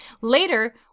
Later